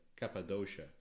Cappadocia